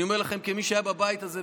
אני אומר לכם כמי שהיה בבית הזה,